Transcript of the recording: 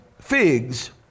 figs